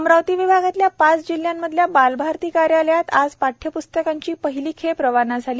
अमरावती विभागातल्या पाच जिल्ह्यांमधल्या बालभारती कार्यालयात आज पाठ्यप्स्तकांची पहिली खेप रवाना झाली